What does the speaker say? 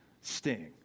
sting